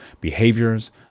behaviors